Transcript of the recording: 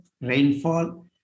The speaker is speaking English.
rainfall